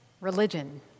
religion